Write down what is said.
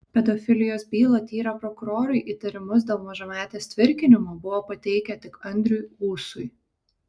pedofilijos bylą tyrę prokurorai įtarimus dėl mažametės tvirkinimo buvo pateikę tik andriui ūsui